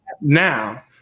Now